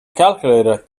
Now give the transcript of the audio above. calculator